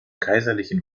kaiserlichen